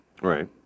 Right